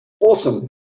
awesome